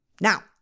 Now